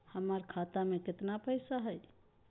हमर खाता मे केतना पैसा हई?